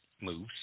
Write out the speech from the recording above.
moves